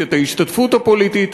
את ההשתתפות הפוליטית,